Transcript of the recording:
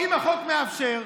אם החוק מאפשר,